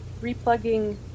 replugging